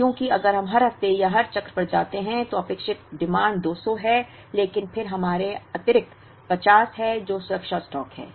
क्योंकि अगर हम हर हफ्ते या हर चक्र पर जाते हैं तो अपेक्षित मांग 200 है लेकिन फिर हमारे पास अतिरिक्त 50 है जो सुरक्षा स्टॉक है